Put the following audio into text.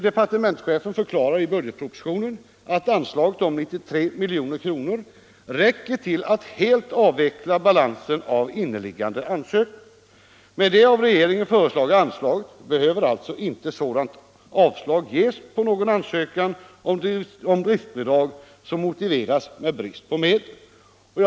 Departementschefen förklarar i budgetpropositionen att anslaget om 93 milj.kr. räcker till att helt avvecka balansen av inneliggande ansökningar. Med det av regeringen föreslagna anslaget behöver alltså inte någon ansökan om driftbidrag avslås på grund av brist på medel.